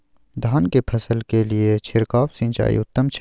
धान की फसल के लिये छिरकाव सिंचाई उत्तम छै?